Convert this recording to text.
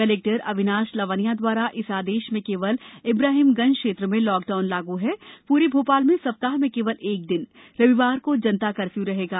collector Avinash Lavania द्वारा इस आदेश में केवल इब्राहिमगंज क्षेत्र में लॉकडाउन लागू है पूरे भोपाल में सप्ताह में केवल एक दिन रविवार को जनता कर्फ्यू रहेगा